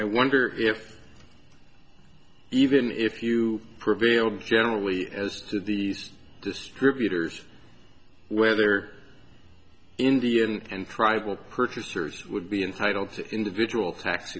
i wonder if even if you prevail generally as to the distributors whether india and tribal purchasers would be entitled to individual tax